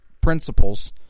principles